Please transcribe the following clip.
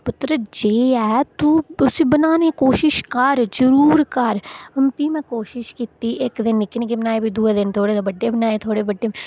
पुत्तर जेह् ऐ तू उसी बनाने दी कोशिश कर तू जरूर कर प्ही में कोशिश कीती इक्क दिन निक्के निक्के बनाए इक्क दिन थोह्ड़े बड्डे बनाए थोह्ड़े बड्डे